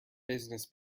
business